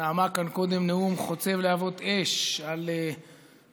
שנאמה כאן קודם נאום חוצב להבות אש על הריבונות